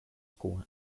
school